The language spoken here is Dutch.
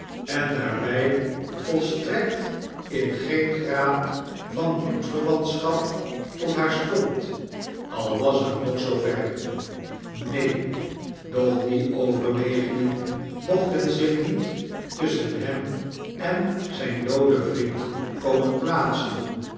zulk daarbij volstrekt in geen graad van bloedverwantschap tot haar stond al was het nog zoo ver neen doch die overwegingen mochten zich niet tusschen hem en zflndooden vriend komen plaatsen